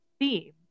theme